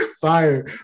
Fire